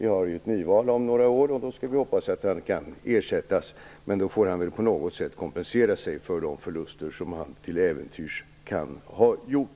Vi har ju ett nyval om några år, och då kan vi hoppas att han skall ersättas. Han får väl då på något sätt kompensera sig för de förluster som han till äventyrs kan ha gjort.